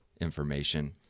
information